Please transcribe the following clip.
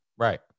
right